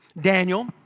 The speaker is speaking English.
Daniel